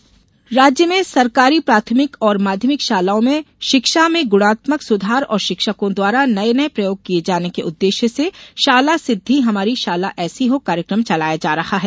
seminar राज्य में सरकारी प्राथमिक और माध्यमिक शालाओं में शिक्षा में गुणात्मक सुधार और शिक्षकों द्वारा नये नये प्रयोग किये जाने के उददेश्य से शाला सिद्धि हमारी शाला ऐसी हो कार्यकम चलाया जा रहा है